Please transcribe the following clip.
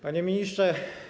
Panie Ministrze!